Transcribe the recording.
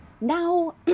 now